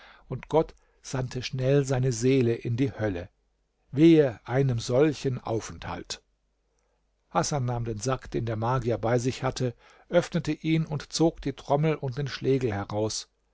und gott sandte schnell seine seele in die hölle wehe einem solchen aufenthalt hasan nahm den sack den der magier bei sich hatte öffnete ihn und zog die trommel und den schlegel heraus